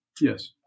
Yes